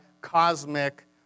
cosmic